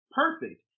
perfect